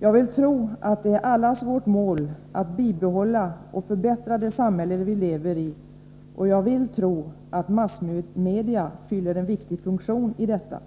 Jag vill tro att det är allas vårt mål att bibehålla och förbättra det samhälle vi lever i och jag vill tro att massmedia fyller en viktig funktion i detta.”